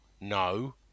no